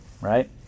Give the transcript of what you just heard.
right